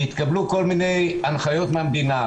התקבלו כל מיני הנחיות מהמדינה,